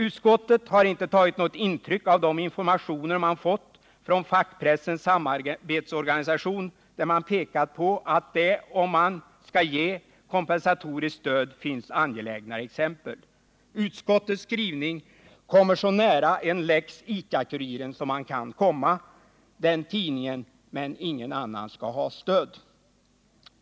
Utskottet har inte tagit något intryck av de informationer man fått från fackpressens samarbetsorganisation, som pekat på att det — om man skall ge kompensatoriskt stöd — finns angelägnare exempel. Utskottets skrivning kommer så nära en Lex ICA Kuriren som man kan komma — den tidningen, men ingen annan, skall ha stöd.